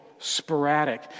sporadic